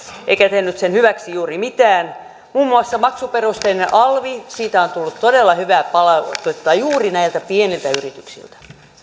eikä tehnyt niiden hyväksi juuri mitään muun muassa maksuperusteisesta alvista on tullut todella hyvää palautetta juuri näiltä pieniltä yrityksiltä